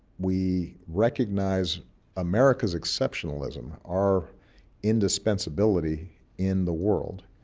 we recognize america's exceptionalism, our indispensability in the world,